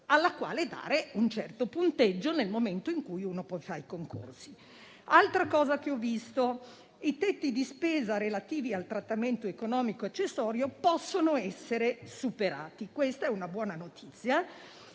alla quale assegnare un certo punteggio nel momento del concorso. Ancora, ho visto che i tetti di spesa relativi al trattamento economico accessorio possono essere superati. Questa è una buona notizia,